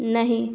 नहीं